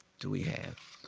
do we have?